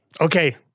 Okay